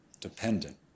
dependent